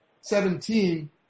seventeen